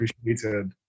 appreciated